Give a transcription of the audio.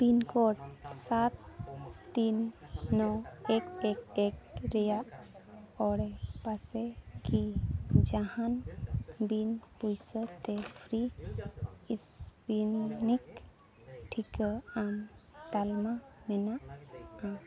pin code ᱥᱟᱛ ᱛᱤᱱ ᱱᱚ ᱮᱠ ᱮᱠ ᱮᱠ ᱨᱮᱭᱟᱜ ᱟᱲᱮᱯᱟᱥᱮ ᱠᱤ ᱡᱟᱦᱟᱱ ᱵᱤᱱ ᱯᱚᱭᱥᱟᱛᱮ ᱯᱷᱨᱤ ᱥᱯᱩᱴᱱᱤᱠ ᱴᱤᱠᱟᱹ ᱮᱢ ᱛᱟᱞᱢᱟ ᱢᱮᱱᱟᱜᱼᱟ